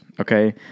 Okay